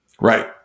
Right